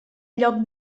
lloc